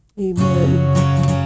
Amen